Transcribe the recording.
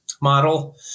model